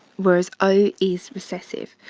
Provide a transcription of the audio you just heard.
whereas o is recessive.